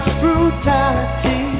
brutality